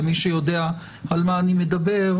למי שיודע על מה אני מדבר,